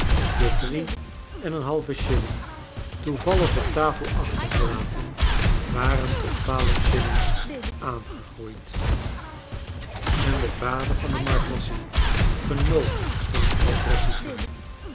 de drie en een halve shilling toevallig op tafel achtergelaten waren tot twaalf shillings aangegr eid en de vader van de marshalsea genoot van een lekkere sigaar